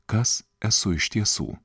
kas esu iš tiesų